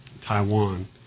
Taiwan